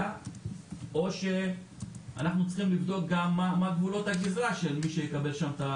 או שאנחנו צריכים להחליט מהם גבולות הגזרה של הזכיין.